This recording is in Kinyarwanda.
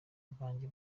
bwanjye